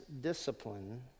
discipline